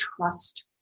trust